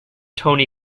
tony